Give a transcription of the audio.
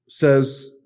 Says